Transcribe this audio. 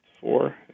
four